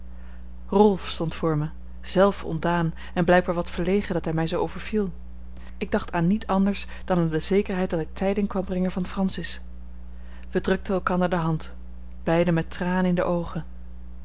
rolf stond voor mij zelf ontdaan en blijkbaar wat verlegen dat hij mij zoo overviel ik dacht aan niet anders dan aan de zekerheid dat hij tijding kwam brengen van francis wij drukten elkander de hand beiden met tranen in de oogen